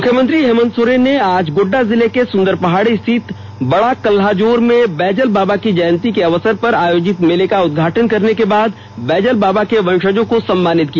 मुख्यमंत्री हेमंत सोरेन ने आज गोड्डा जिले के सुदरपहाड़ी स्थित बड़ा कल्हाजोर में बैजल बाबा की जयंती के अवसर पर आयोजित मेले का उदघाटन करने के बाद बैजल बाबा के वंषजों को सम्मानित किया